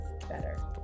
better